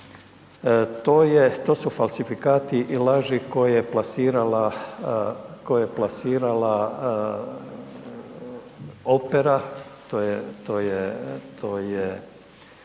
to su falsifikati i laži koje je plasirala, koje